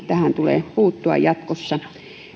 tähän tulee puuttua jatkossa